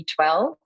B12